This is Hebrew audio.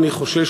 אני חושש,